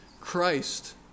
Christ